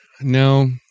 No